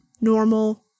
Normal